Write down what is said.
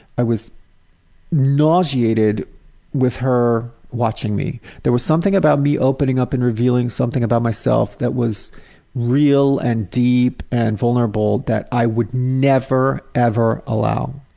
i was nauseated with her watching me. there was something about me opening up and revealing something about myself that was real and deep and vulnerable that i would never, ever allow.